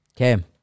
Okay